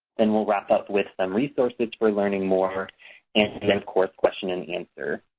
and we'll wrap up with some resources for learning more and of course question and answer.